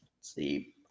see